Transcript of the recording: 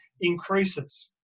increases